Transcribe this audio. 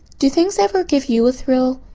do things ever give you a thrill?